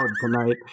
tonight